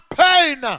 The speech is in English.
pain